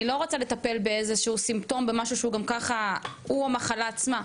אני לא רוצה לטפל באיזשהו סימפטום שהוא המחלה עצמה.